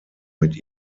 mit